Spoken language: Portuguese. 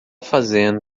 fazendo